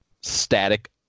static